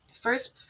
first